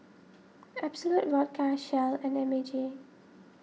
Absolut Vodka Shell and M A G